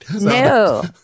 No